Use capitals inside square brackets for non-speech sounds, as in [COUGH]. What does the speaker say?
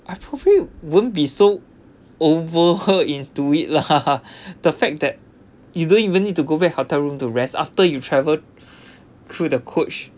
I probably won't be so over into it lah [LAUGHS] the fact that you don't even need to go back hotel room to rest after you travelled [BREATH] through the coach